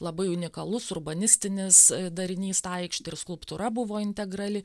labai unikalus urbanistinis darinys ta aikštė ir skulptūra buvo integrali